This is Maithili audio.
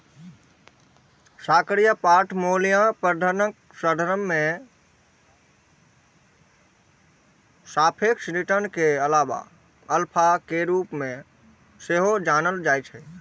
सक्रिय पोर्टफोलियो प्रबंधनक संदर्भ मे सापेक्ष रिटर्न कें अल्फा के रूप मे सेहो जानल जाइ छै